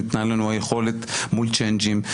שניתנה לנו היכולות מול "צ'יינג'ים",